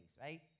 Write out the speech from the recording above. right